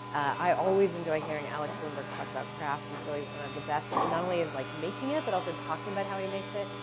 i always enjoy hearing alex bloomberg, talk about craft. he's really one of the best and not only is like making it, but also talking about how he makes it.